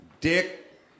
dick